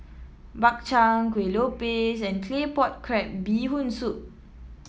Bak Chang Kueh Lopes and Claypot Crab Bee Hoon Soup